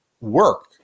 work